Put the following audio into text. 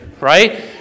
Right